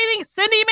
Cindy